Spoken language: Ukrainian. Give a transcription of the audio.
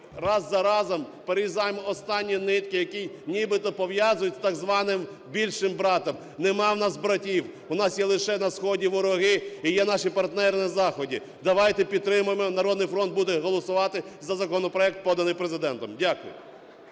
раз за разом розрізаймо останні нитки, які нібито пов'язують з так званим більшим братом. Нема у нас братів! У нас є лише на сході вороги і є наші партнери на Заході. Давайте підтримаємо. "Народний фронт" буде голосувати за законопроект, поданий Президентом. Дякую.